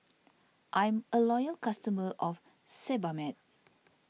I'm a loyal customer of Sebamed